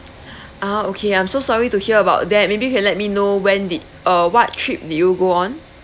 ah okay I'm so sorry to hear about that maybe you can let me know when did uh what trip did you go on